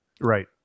Right